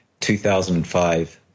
2005